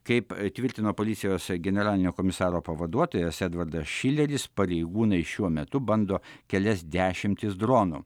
kaip tvirtino policijos generalinio komisaro pavaduotojas edvardas šileris pareigūnai šiuo metu bando kelias dešimtis dronų